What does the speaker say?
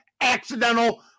accidental